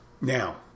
Now